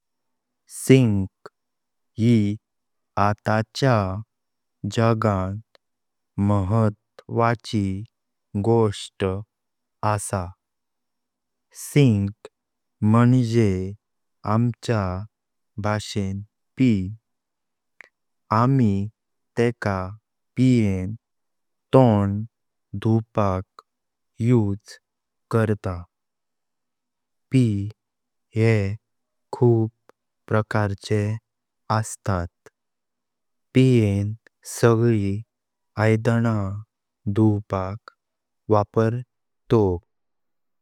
सिंक यी आताच्या जाग्यान महत्वाची गोष्ट असा। सिंक म्हणजे आमच्या भाषेन पि, आमी तेका पियें तोंड धुवपाक उपयोग करतोव। पी येह खूप प्रकारचे अस्तात। पियें सगळे आयदाना धुवपाक वापरतोव।